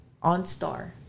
OnStar